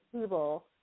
people